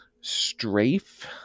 strafe